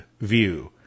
View